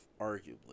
Arguably